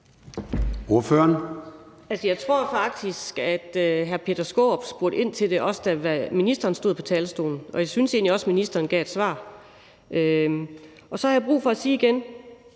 jeg tror faktisk, at hr. Peter Skaarup også spurgte ind til det, da ministeren stod på talerstolen, og jeg synes egentlig også, ministeren gav et svar. Så har jeg brug for at sige igen,